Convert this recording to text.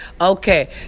Okay